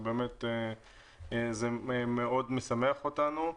זה באמת מאוד משמח אותנו.